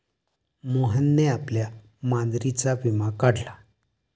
मोहनने आपल्या मांजरीचा विमा काढला